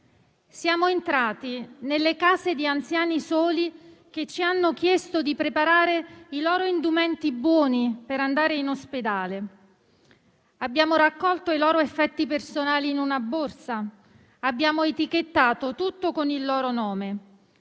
Siamo entrati nelle case di anziani soli, che ci hanno chiesto di preparare i loro indumenti buoni per andare in ospedale. Abbiamo raccolto i loro effetti personali in una borsa, abbiamo etichettato tutto con il loro nome